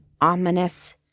ominous